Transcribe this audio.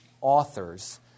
authors